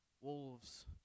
Wolves